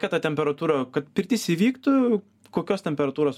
kad ta temperatūra kad pirtis įvyktų kokios temperatūros